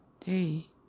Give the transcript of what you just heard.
day